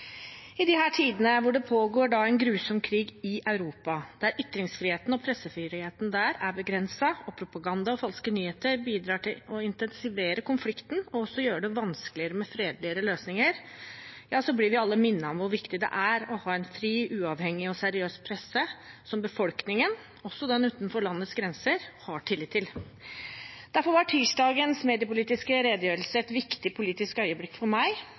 tidene da det pågår en grusom krig i Europa, der ytringsfriheten og pressefriheten er begrenset og propaganda og falske nyheter bidrar til å intensivere konflikten og gjøre det vanskeligere med fredeligere løsninger, blir vi alle minnet om hvor viktig det er å ha en fri, uavhengig og seriøs presse som befolkningen – også den utenfor landets grenser – har tillit til. Derfor var tirsdagens mediepolitiske redegjørelse et viktig politisk øyeblikk for meg.